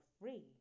free